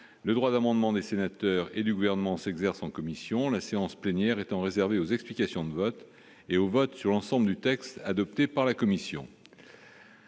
le droit d'amendement des sénateurs et du gouvernement s'exerce en commission, la séance plénière étant réservé aux explications de vote et au vote sur l'ensemble du texte adopté par la commission.